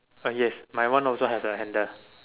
oh yes my one also has a handle